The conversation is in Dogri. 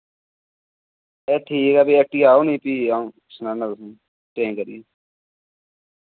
ए ठीक ऐ फ्ही हट्टी आओ नि फ्ही अऊं सनाना तुसें चेंज करियै